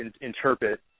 interpret